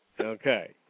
Okay